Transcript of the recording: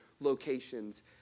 locations